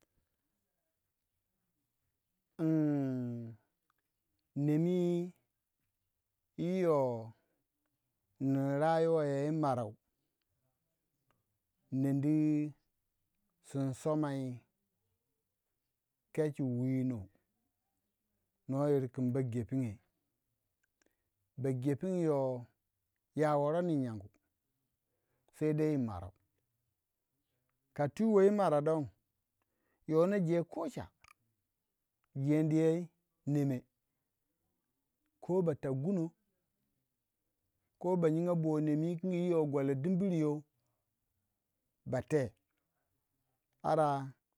Nemi yi you narawe yi ma rou nindi sun somai kechi winou noh yir kin bagepinge, bagepinge yoh ya woroni yi nyangu saidai yi ma morau ka twiwei yi marau don yoh naje kocha jendi yey neme koh ba ta gunoh koh boh nemi wi yoh gwara dimbir youh ba teh ara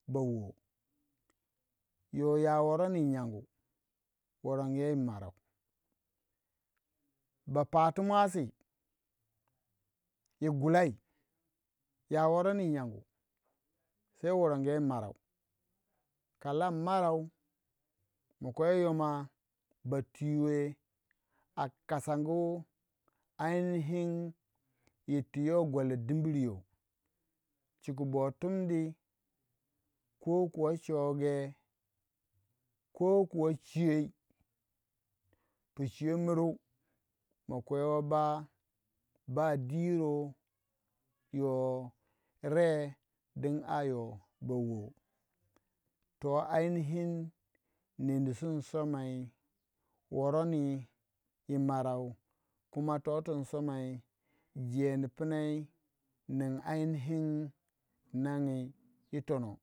ba woh yoh ya woroni yi nyon gu worongu yoh yi marau ba patu muasi yi gulei ya woroni yi nyongu sai warange marau ka lam marau ma kwe yoma ba twiweh a kasangu ainihi yir tu yo gwala dimbir yoh chiku boh tundi koh choge koh cheyeiy pu chiyo muru ma kwe wi ba ba diro yoh reh din ara yoh ba woh toh ainihi nendu sir in somai woroni yi marau kuma ton tun somai dendu punei nin ainihi yitono.